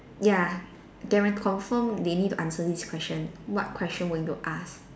ya they might confirm they need to answer this question what question will you ask